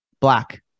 Black